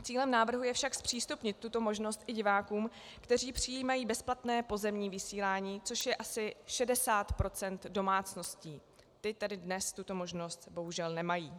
Cílem návrhu je však zpřístupnit tuto možnost i divákům, kteří přijímají bezplatné pozemní vysílání, což je asi 60 % domácností ty tedy dnes tuto možnost bohužel nemají.